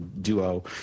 duo